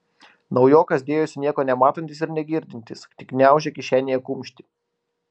naujokas dėjosi nieko nematantis ir negirdintis tik gniaužė kišenėje kumštį